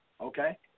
Okay